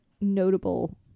notable